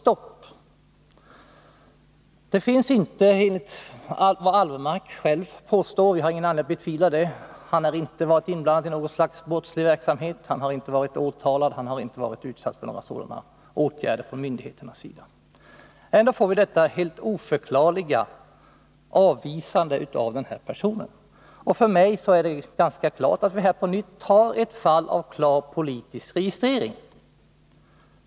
Enligt vad den här mannen, som heter Alvemark, själv påstår — och jag har ingen anledning att betvivla det — har han inte varit inblandad i något slags brottslig verksamhet. Han har inte varit åtalad, han har inte varit utsatt för några åtgärder från myndigheternas sida. Ändå får vi detta helt oförklarliga avvisande. För mig är det ganska tydligt att vi här på nytt har ett fall av klar politisk registrering.